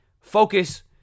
Focus